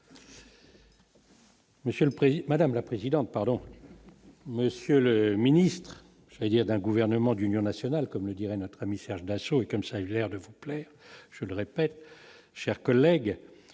madame la présidente, pardon. Monsieur le Ministre, c'est-à-dire d'un gouvernement d'union nationale, comme le dirait notre ami Serge Dassault et comme ça a l'air de vous plaît, je le répète, chers collègues,